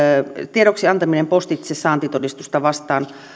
tiedoksi antaminen postitse saantitodistusta vastaan